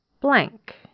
blank